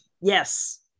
yes